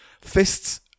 Fists